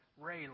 Ray